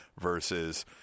versus